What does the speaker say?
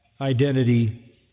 identity